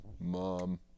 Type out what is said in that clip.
Mom